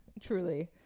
Truly